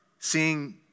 Seeing